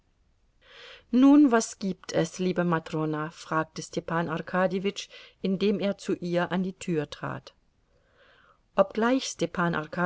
nun was gibt es liebe matrona fragte stepan arkadjewitsch indem er zu ihr an die tür trat obgleich stepan